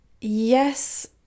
yes